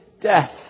death